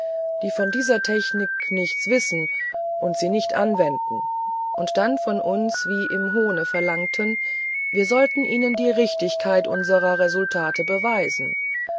die von dieser technik nichts wissen und sie nicht anwenden und dann von uns wie im hohne verlangten wir sollten ihnen die richtigkeit unserer resultate beweisen